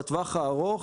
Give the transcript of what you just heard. בטווח הארוך,